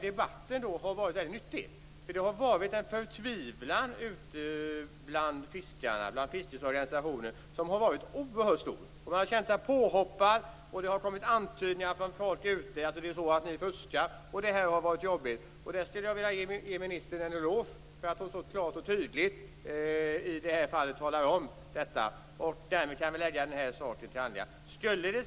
Debatten har varit nyttig. Det har funnits en stor förtvivlan bland fiskeorganisationerna. De har känt sig påhoppade. Folk har antytt att de fuskar. Det har varit jobbigt. Jag skulle vilja ge ministern en eloge för att hon så klart och tydligt har sagt detta. Därmed kan vi lägga denna sak till handlingarna.